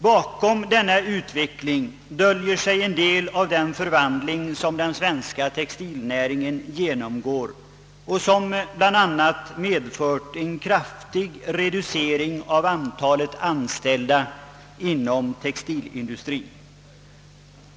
Bakom denna utveckling döljer sig en del av den förvandling som den svenska textilnäringen genomgår och som bl.a. medfört en kraftig reducering av antalet anställda inom textilindustrien.